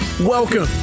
Welcome